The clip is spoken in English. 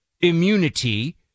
immunity